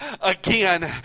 again